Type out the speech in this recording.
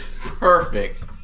Perfect